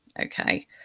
Okay